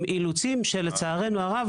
לצערנו הרב,